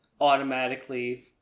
automatically